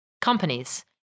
companies